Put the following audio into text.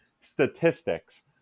statistics